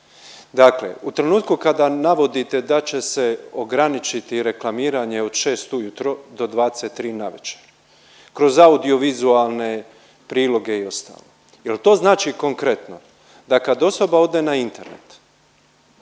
Dakle, u trenutku kada navodite da će se ograničiti reklamiranje od 6 ujutro do 23 navečer kroz audiovizualne priloge i ostalo jel to znači konkretno da kad osoba ode na internet,